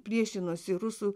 priešinosi rusų